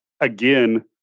again